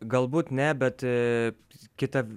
galbūt ne bet kita